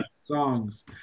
songs